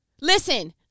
Listen